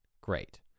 great